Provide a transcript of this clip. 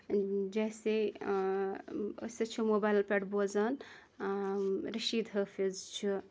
جیسے أسۍ حظ چھِ موبایلِ پیَٹھِ بوزان رٔشیٖد حٲفِظ چھُ